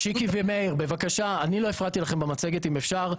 אני לא הפרעתי לכם במצגת, אם אפשר.